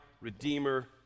Redeemer